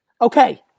Okay